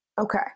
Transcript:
Okay